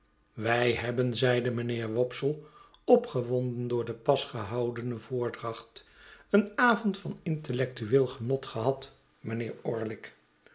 wij hebben zeide mijnheer wopsle opgewonden door de pas gehoudene voordracbt een avond van intellectueel genotgehad mijnheer orlick